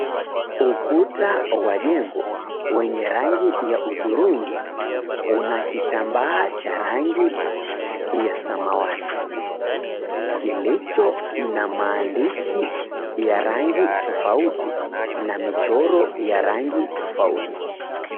Ukuta wa jengo, wenye rangi ya hudhurungi una kitambaa cha rangi ya samawati kilicho na maandishi ya rangi tofauti na michoro ya rangi tofauti.